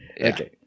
Okay